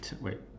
wait